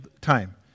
time